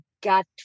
got